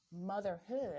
motherhood